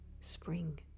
Spring